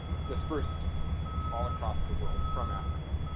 dispersed all across the world from africa.